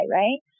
right